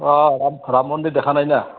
অঁ ৰাম ৰাম মন্দিৰ দেখা নাই না